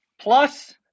Plus